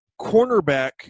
cornerback